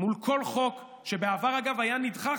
מול כל חוק שבעבר אגב היה נדחה,